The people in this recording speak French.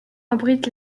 abrite